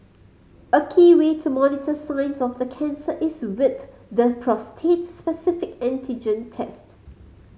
a key way to monitor signs of the cancer is with the prostate specific antigen test